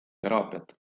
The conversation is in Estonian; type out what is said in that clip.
teraapiat